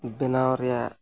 ᱵᱮᱱᱟᱣ ᱨᱮᱭᱟᱜ